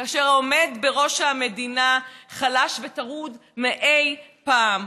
כאשר העומד בראש המדינה חלש וטרוד מאי פעם.